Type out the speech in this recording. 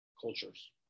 cultures